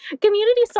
Community